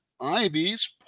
ivy's